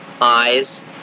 eyes